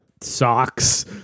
Socks